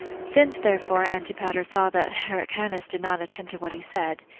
since therefore antipater saw that hyrcanus did not attend to what he said,